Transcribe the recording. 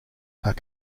are